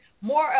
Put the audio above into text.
More